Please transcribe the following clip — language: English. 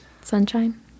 Sunshine